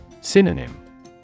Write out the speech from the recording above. Synonym